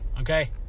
Okay